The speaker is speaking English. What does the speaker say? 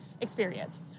experience